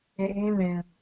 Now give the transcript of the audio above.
Amen